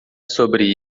sobre